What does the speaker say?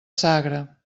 sagra